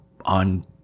on